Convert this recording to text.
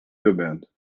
bebendo